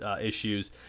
issues